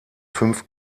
fünf